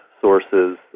sources